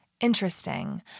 Interesting